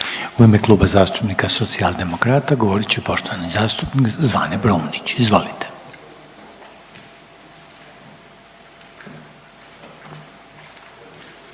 U ime Kluba zastupnika Socijaldemokrata govorit će poštovani zastupnika Zvane Brumnić, izvolite.